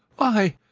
why,